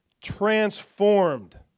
transformed